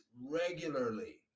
regularly